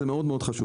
זה חשוב מאוד-מאוד.